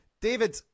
David